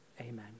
Amen